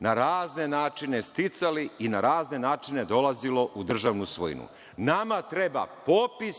na razne načine sticali i na razne načine dolazilo u državnu svojinu. Nama treba popis